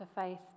faith